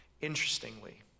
Interestingly